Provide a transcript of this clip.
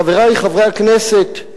חברי חברי הכנסת,